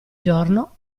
giorno